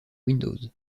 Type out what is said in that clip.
windows